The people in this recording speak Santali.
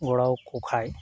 ᱜᱚᱲᱚᱣᱟᱠᱚ ᱠᱷᱟᱡ